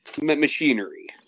machinery